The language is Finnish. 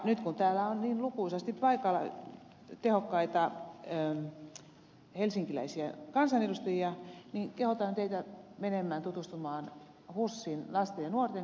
nyt kun täällä on niin lukuisasti paikalla tehokkaita helsinkiläisiä kansanedustajia niin kehotan teitä menemään tutustumaan husin lasten ja nuorten klinikkaan